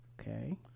okay